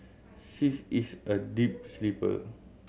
she's is a deep sleeper